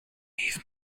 leave